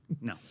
No